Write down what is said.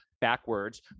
backwards